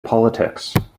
politics